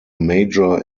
major